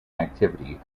activity